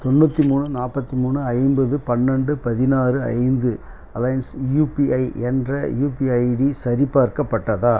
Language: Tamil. தொண்ணூற்றி மூணு நாற்பத்தி மூணு ஐம்பது பன்னெண்டு பதினாறு ஐந்து அலைன்ஸ் யுபிஐ என்ற யுபிஐ ஐடி சரிபார்க்கப்பட்டதா